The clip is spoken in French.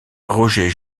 roger